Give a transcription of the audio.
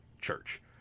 church